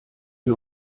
wir